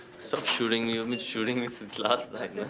stop shooting, you've been shooting me since last night.